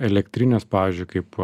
elektrinės pavyzdžiui kaip